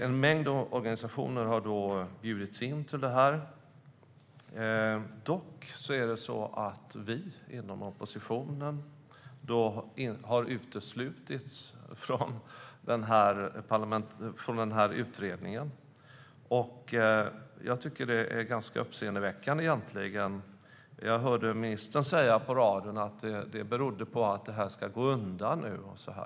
En mängd organisationer har bjudits in till detta, men vi inom oppositionen har uteslutits från utredningen. Jag tycker att det egentligen är ganska uppseendeväckande. Jag hörde ministern säga i radio att det beror på att detta ska gå undan.